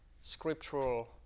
scriptural